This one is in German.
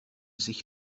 sich